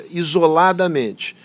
isoladamente